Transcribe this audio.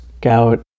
gout